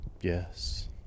Yes